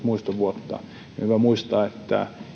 muistovuotta on hyvä muistaa että